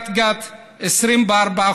בקריית גת, 24%,